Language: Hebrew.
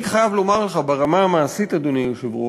אני חייב לומר לך ברמה המעשית, אדוני היושב-ראש,